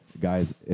guys